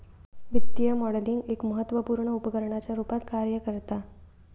वित्तीय मॉडलिंग एक महत्त्वपुर्ण उपकरणाच्या रुपात कार्य करता